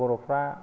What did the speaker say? बर'फ्रा